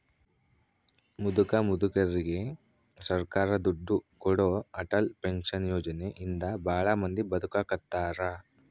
ಮುದುಕ ಮುದುಕೆರಿಗೆ ಸರ್ಕಾರ ದುಡ್ಡು ಕೊಡೋ ಅಟಲ್ ಪೆನ್ಶನ್ ಯೋಜನೆ ಇಂದ ಭಾಳ ಮಂದಿ ಬದುಕಾಕತ್ತಾರ